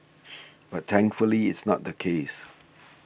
but thankfully it's not the case